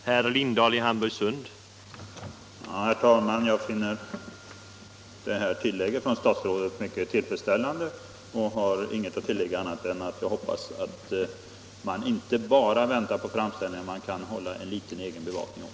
Herr talman! Jag finner statsrådets tillägg mycket tillfredsställande och har inget mer att säga än att jag hoppas att man inte bara väntar på framställningar. Man kan hålla en liten egen bevakning också.